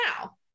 now